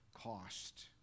cost